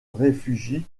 réfugient